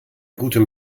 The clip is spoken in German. gutem